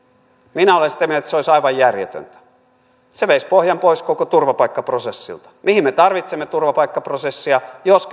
minä olen sitä mieltä että se olisi aivan järjetöntä se veisi pohjan pois koko turvapaikkaprosessilta mihin me tarvitsemme turvapaikkaprosessia jos